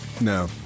No